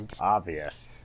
Obvious